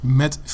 met